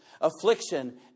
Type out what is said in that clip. affliction